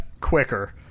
quicker